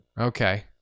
Okay